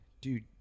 dude